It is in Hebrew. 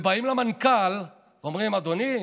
ובאים למנכ"ל ואומרים: אדוני,